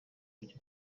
ajya